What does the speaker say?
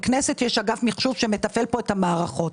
בכנסת יש אגף מחשוב שמתפעל פה את המערכות.